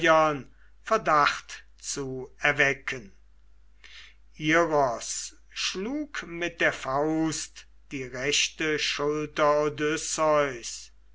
verdacht zu erwecken iros schlug mit der faust die rechte schulter